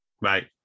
Right